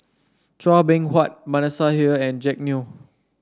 Chua Beng Huat Manasseh Meyer and Jack Neo